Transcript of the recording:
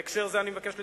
בהקשר זה אני מבקש לציין,